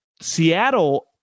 Seattle